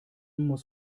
muss